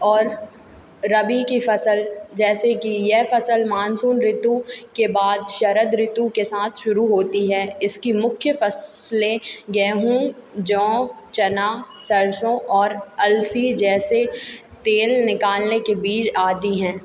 और रबी की फ़सल जैसे कि यह फ़सल मानसून ऋतु के बाद शरद ऋतु के साथ शुरू होती है इसकी मुख्य फ़सलें गैहूँ जौ चना सरसों और अलसी जैसे तेल निकालने के बीज आदि हैं